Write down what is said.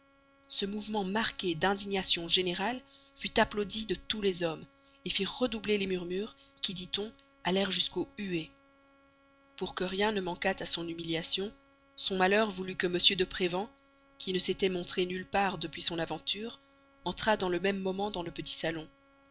ce mouvement marqué d'indignation générale fut applaudi de tous les hommes fit redoubler les murmures qui dit-on allèrent jusqu'aux huées pour que rien ne manquât à son humiliation son malheur voulut que m de prévan qui ne s'était montré nulle part depuis son aventure entrât dans le même moment dans le petit salon